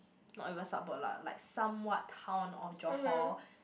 not even suburb lah like somewhat town or Johor